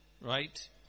right